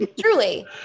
Truly